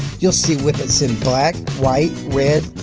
you'll see whippets in black, white, red,